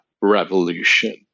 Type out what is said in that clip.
revolution